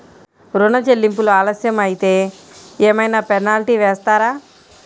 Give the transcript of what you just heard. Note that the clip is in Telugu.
ఋణ చెల్లింపులు ఆలస్యం అయితే ఏమైన పెనాల్టీ వేస్తారా?